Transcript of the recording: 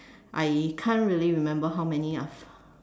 I can't really remember how many I've